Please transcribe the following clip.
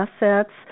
assets